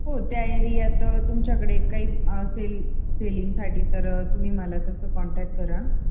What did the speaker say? हो त्या एरियात तुमच्याकडे काही सेल सेलिंगसाठी तर तुम्ही मला तसं कॉन्टॅक् करा